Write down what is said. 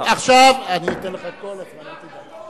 אני חושב שיש נושא.